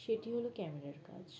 সেটি হলো ক্যামেরার কাজ